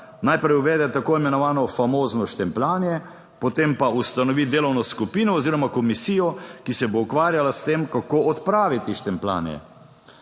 Najprej uvede tako imenovano famozno štempljanje, potem pa ustanovi delovno skupino oziroma komisijo, ki se bo ukvarjala s tem, kako odpraviti štempljanje.